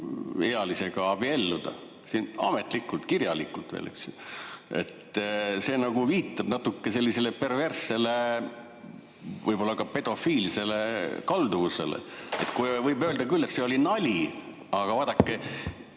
lapseealisega abielluda – ametlikult, kirjalikult veel, eks ju –, siis see nagu viitab natuke sellisele perverssele, võib-olla ka pedofiilsele kalduvusele. Võib öelda küll, et see oli nali, aga vaadake,